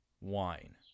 Wine